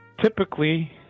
typically